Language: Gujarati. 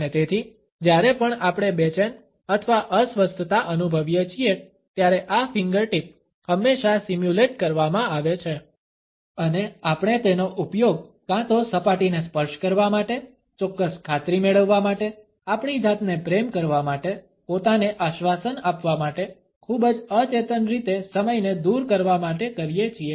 અને તેથી જ્યારે પણ આપણે બેચેન અથવા અસ્વસ્થતા અનુભવીએ છીએ ત્યારે આ ફિંગરટીપ હંમેશા સિમ્યુલેટ કરવામાં આવે છે અને આપણે તેનો ઉપયોગ કાં તો સપાટીને સ્પર્શ કરવા માટે ચોક્કસ ખાતરી મેળવવા માટે આપણી જાતને પ્રેમ કરવા માટે પોતાને આશ્વાસન આપવા માટે ખૂબ જ અચેતન રીતે સમયને દૂર કરવા માટે કરીએ છીએ